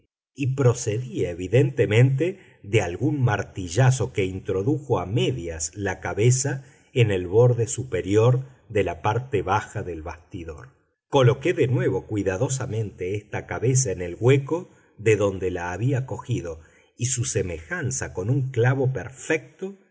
y procedía evidentemente de algún martillazo que introdujo a medias la cabeza en el borde superior de la parte baja del bastidor coloqué de nuevo cuidadosamente esta cabeza en el hueco de donde la había cogido y su semejanza con un clavo perfecto